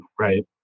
right